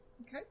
Okay